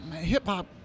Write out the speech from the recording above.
hip-hop